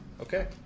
Okay